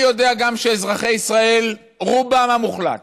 אני גם יודע שאזרחי ישראל, רובם המוחלט,